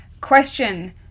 Question